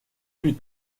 plus